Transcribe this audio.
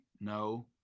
No